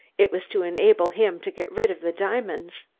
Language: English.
it was to enable him to get rid of the diamonds!